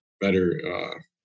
better